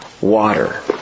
water